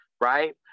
right